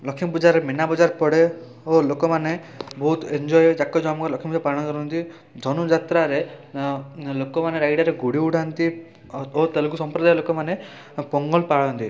ଲକ୍ଷ୍ମୀପୂଜାରେ ମିନାବଜାର ପଡ଼େ ଓ ଲୋକମାନେ ବହୁତ ଏନ୍ଜୟ ଜାକଜମକରେ ଲକ୍ଷ୍ମୀପୂଜା ପାଳନ କରନ୍ତି ଧନୁଯାତ୍ରାରେ ଅଁ ଲୋକମାନେ ରାୟଗଡ଼ାରେ ଗୁଡ଼ି ଉଡ଼ାନ୍ତି ଓ ତେଲଗୁ ସମ୍ପ୍ରଦାୟର ଲୋକମାନେ ପୋଙ୍ଗଲ ପାଳନ୍ତି